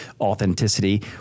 authenticity